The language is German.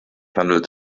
handelt